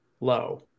low